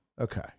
okay